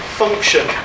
function